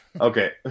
okay